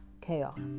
chaos